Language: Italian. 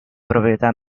proprietà